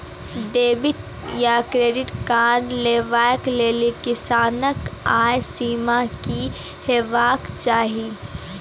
Debit या credit card लेवाक लेल किसानक आय सीमा की हेवाक चाही?